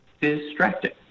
distracting